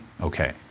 okay